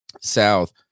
South